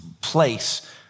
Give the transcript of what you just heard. place